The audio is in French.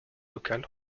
locale